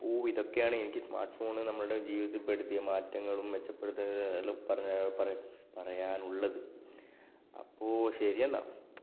അപ്പോൾ ഇതൊക്കെയാണ് എനിക്ക് സ്മാര്ട്ട് ഫോൺ നമ്മളുടെ ജീവിതത്തിൽ പെടുത്തിയ മാറ്റങ്ങളും മെച്ചപ്പെടുത്തുന്നതായാലും പറഞ്ഞാൽ പറ പറയാനുള്ളത് അപ്പോൾ ശരിയെന്നാൽ